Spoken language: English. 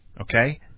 Okay